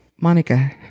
Monica